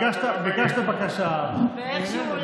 ביקשת בקשה, נענינו.